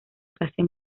clase